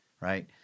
right